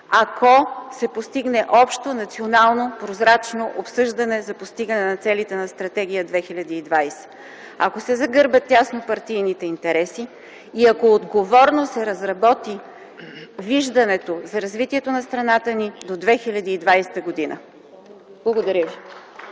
ако се постигне общо национално, прозрачно обсъждане за постигане на целите на „Стратегия 2020”, ако се загърбят тясно партийните интереси, ако отговорно се разработи виждането за развитието на страната ни до 2020 г. Благодаря ви.